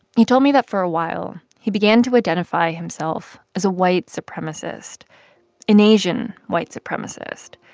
he told me that for a while he began to identify himself as a white supremacist an asian white supremacist.